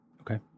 Okay